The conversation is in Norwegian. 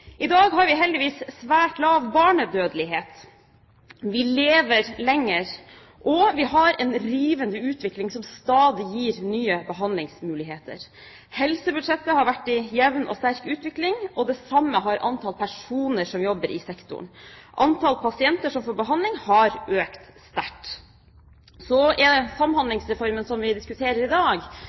I dag har vi heldigvis svært lav barnedødelighet. Vi lever lenger, og vi har en rivende utvikling som stadig gir nye behandlingsmuligheter. Helsebudsjettet har vært i jevn og sterk utvikling, og det samme gjelder antall personer som jobber i sektoren. Antall pasienter som får behandling, har økt sterkt. Samhandlingsreformen, som vi diskuterer i dag,